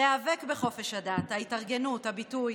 להיאבק בחופש הדת, ההתארגנות, הביטוי,